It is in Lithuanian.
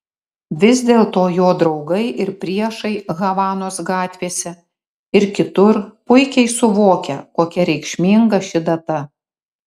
vis dėlto jo draugai ir priešai havanos gatvėse ir kitur puikiai suvokia kokia reikšminga ši data